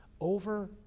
Over